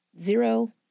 Zero